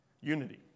Unity